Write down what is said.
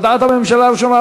להודעת הממשלה הראשונה,